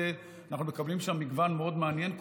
אנחנו מקבלים שם באמת מגוון מאוד מעניין,